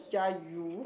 ya you